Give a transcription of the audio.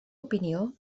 opinió